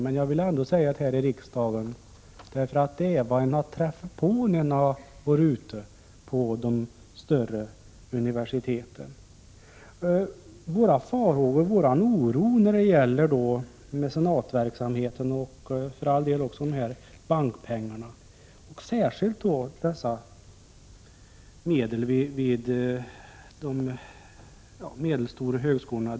Men jag vill ändå säga detta här i riksdagen, för det är en inställning som man har träffat på när man har varit ute vid de större universiteten. Vi hyser farhågor och oro på grund av mecenatverksamheten, och för all del också bankpengarna, särskilt vid de medelstora högskolorna.